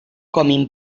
coming